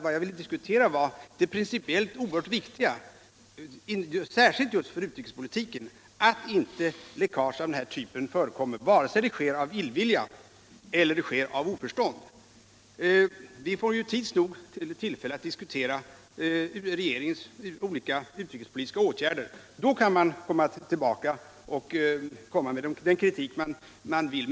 Vad jag ville diskutera var det principiellt oerhört viktiga i att, särskilt för utrikespolitiken, läckage av den här typen inte förekommer, vare sig det sker av illvilja eller oförstånd. Vi får ju tids nog tillfälle att diskutera regeringens olika utrikespolitiska åtgärder. Då kan man komma tillbaka och framföra den kritik man vill.